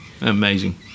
amazing